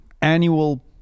annual